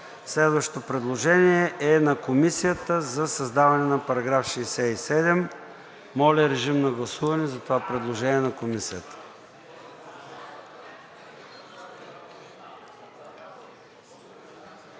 Следващото предложение е на Комисията – за създаване на § 67. Моля, режим на гласуване за това предложение на Комисията.